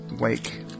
wake